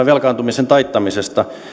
velkaantumisen taittamiseen